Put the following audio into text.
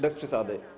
Bez przesady.